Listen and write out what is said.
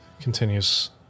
Continues